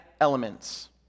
elements